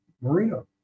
Marino